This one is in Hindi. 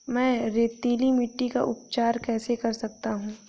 मैं रेतीली मिट्टी का उपचार कैसे कर सकता हूँ?